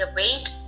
wait